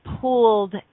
pooled